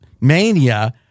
mania